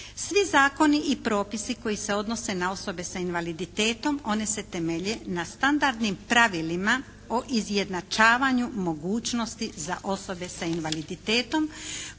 Svi zakoni i propisi koji se odnose na osobe sa invaliditetom one se temelje na standardnim pravilima o izjednačavanju mogućnosti za osobe sa invaliditetom